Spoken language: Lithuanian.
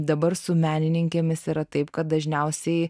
dabar su menininkėmis yra taip kad dažniausiai